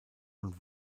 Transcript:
und